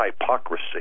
hypocrisy